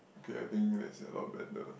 okay I think that's a lot better